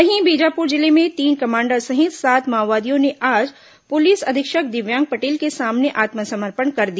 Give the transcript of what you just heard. वहीं बीजापुर जिले में तीन कमांडर सहित सात माओवादियों ने आज पुलिस अधीक्षक दिध्यांग पटेल के सामने आत्मसमर्पण कर दिया